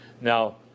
Now